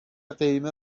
قیمه